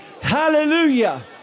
Hallelujah